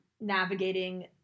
navigating